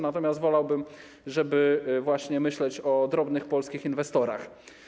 Natomiast wolałbym, żeby właśnie myśleć o drobnych polskich inwestorach.